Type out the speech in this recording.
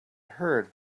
heard